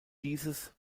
dieses